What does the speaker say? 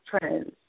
trends